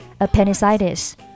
appendicitis